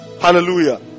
Hallelujah